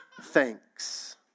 thanks